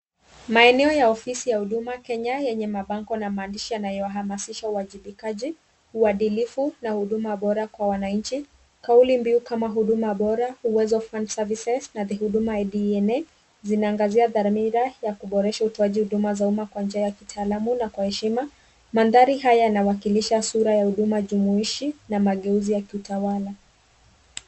Maeneo ya ofisi ya Huduma Kenya, yenye mabango na maandishi yanayohamasisha uwajibikaji, uadilifu na huduma bora kwa wananchi. Kauli mbiu kama Huduma Bora, Uwezo FundServices na The huduma ADN zinaangazia dhamira ya kuboresha utoaji huduma za umma kwa njia ya kitaalamu na kwa heshima. Mandhari haya yanawakilisha sura ya huduma jumuishi na mageuzi ya kiutawala.